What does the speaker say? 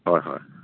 হয় হয়